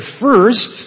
first